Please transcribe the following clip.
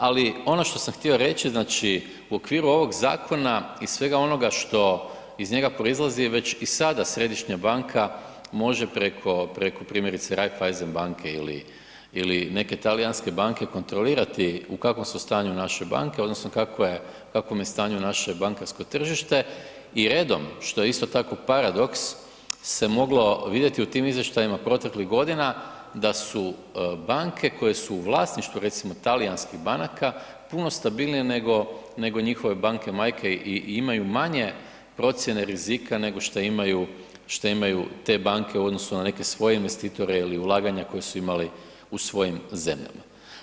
Ali ono što sam htio reći, znači u okviru ovog zakona i svega onoga što iz njega proizlazi je već i sada središnja banka može preko primjerice Raiffeisen banke ili neke talijanske banke kontrolirati u kakvom su stanju naše banke odnosno kakva je, u kakvom je stanju naše bankarsko tržište i redom što je isto tako paradoks, se moglo vidjeti u tim izvještajima proteklih godina, da su banke koje su u vlasništvu recimo talijanskih banaka puno stabilnije nego njihove banke majke i imaju manje procjene rizika nego šta imaju te banke u odnosu na neke svoje investitore ili ulaganja koja su imali u svojim zemljama.